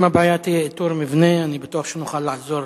אם הבעיה תהיה איתור מבנה, אני בטוח שנוכל לעזור